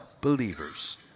believers